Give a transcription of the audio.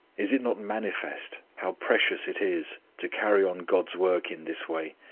is it not manifest how precious it is to carry on god's work in this way,